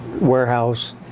warehouse